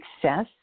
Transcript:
success